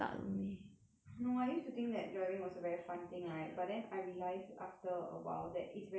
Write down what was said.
no eh I used to think that driving was a very fun thing right but then I realised after awhile that is very tiring